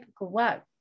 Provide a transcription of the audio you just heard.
work